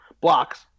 blocks